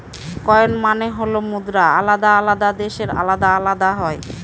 coin মানে হল মুদ্রা আলাদা আলাদা দেশে আলাদা আলাদা হয়